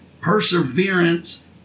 perseverance